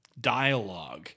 dialogue